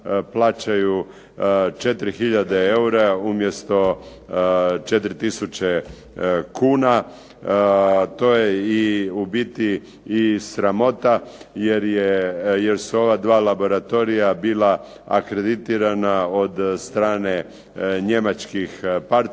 plaćaju 4 hiljade eura, umjesto 4 tisuće kuna, to je i u biti i sramota jer je, jer su ova dva laboratorija bila akreditirana od strane njemačkih partnera